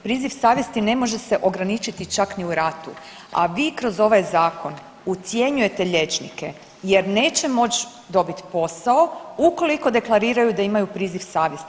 Priziv savjesti ne može se ograničiti čak ni u ratu, a vi kroz ovaj zakon ucjenjujete liječnike jer neće moći dobiti posao ukoliko deklariraju da imaju priziv savjesti.